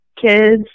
kids